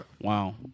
Wow